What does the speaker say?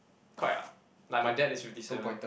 quite ah like my dad is fifty seven